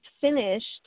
finished